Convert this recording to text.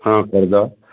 ହଁ କରିଦିଅ